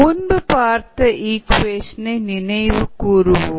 முன்பு பார்த்த இக்குவேஷன் நினைவுகூர்வோம்